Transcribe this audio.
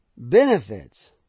Benefits